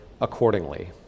accordingly